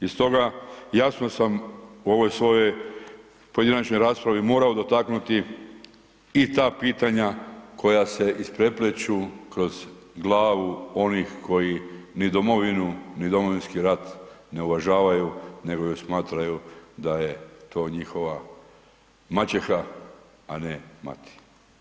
I stoga, jasno sam u ovoj svojoj pojedinačnoj raspravi morao dotaknuti i ta pitanja koja se isprepleću kroz glavu onih koji ni Domovinu, ni Domovinski rat ne uvažavaju nego ju smatraju da je to njihova maćeha a ne mati.